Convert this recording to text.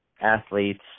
athletes